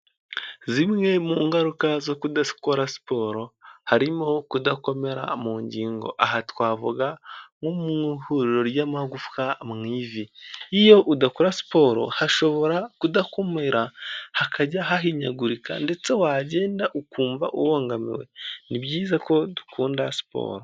Zimwe mu ngaruka zo kudakora siporo, harimo kudakomera mu ngingo, aha twavuga nko mu ihuriro ry'amagufwa mu ivi, iyo udakora siporo hashobora kudakomira hakajya hahinyagurika, ndetse wagenda ukumva ubangamiwe, ni byiza ko dukunda siporo.